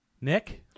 Nick